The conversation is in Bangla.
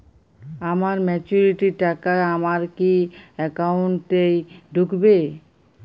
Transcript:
আমার ম্যাচুরিটির টাকা আমার কি অ্যাকাউন্ট এই ঢুকবে?